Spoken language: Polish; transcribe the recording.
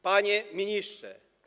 Panie Ministrze!